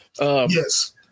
Yes